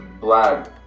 black